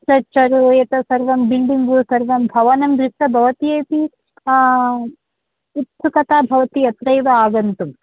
structure एतत् सर्वं building सर्वं भवनं दृष्टं भवत्यपि उत्सुकता भवति अत्रैव आगन्तुम्